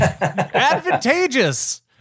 advantageous